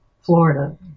Florida